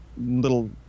little